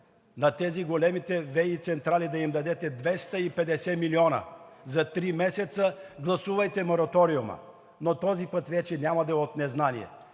тези големите ВЕИ централи, да им дадете 250 милиона за три месеца, гласувайте мораториума, но този път вече няма да е от незнание.